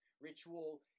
ritual